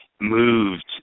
moved